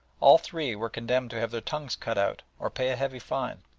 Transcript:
all three were condemned to have their tongues cut out or pay a heavy fine.